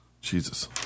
Jesus